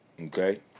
Okay